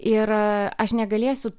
ir aš negalėsiu